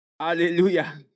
Hallelujah